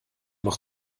noch